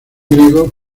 griego